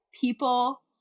people